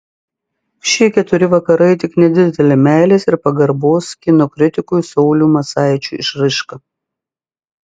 šie keturi vakarai tik nedidelė meilės ir pagarbos kino kritikui sauliui macaičiui išraiška